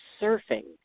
surfing